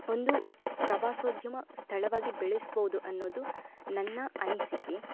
ಒಂದು ಪ್ರವಾಸೋದ್ಯಮ ಸ್ಥಳವಾಗಿ ಬೆಳೆಸ್ಬೋದು ಅನ್ನೋದು ನನ್ನ ಅನಿಸಿಕೆ